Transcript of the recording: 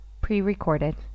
pre-recorded